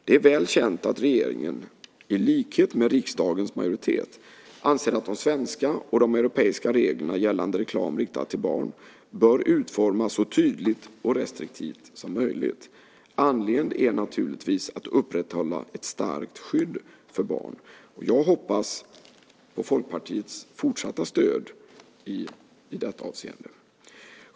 Det är väl känt att regeringen, i likhet med riksdagens majoritet, anser att de svenska och de europeiska reglerna gällande reklam riktad till barn bör utformas så tydligt och restriktivt som möjligt. Anledningen är naturligtvis att upprätthålla ett starkt skydd för barn. Jag hoppas på Folkpartiets fortsatta stöd i detta avseende.